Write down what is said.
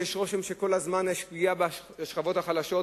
שיש רושם שכל הזמן יש פגיעה בשכבות החלשות,